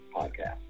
podcast